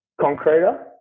concreter